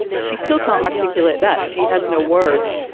she still can't articulate that she has no words.